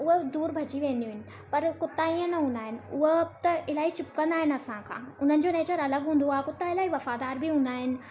उहे दूर भॼी वेंदियूं आहिनि पर कुता इएं न हूंदा आहिनि उहे त इलाही चिपकंदा आहिनि असांखां उन्हनि जो नेचर अलॻि हूंदो आहे कुता वफ़ादारु बि हूंदा आहिनि